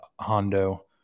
Hondo